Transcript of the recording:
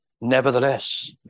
nevertheless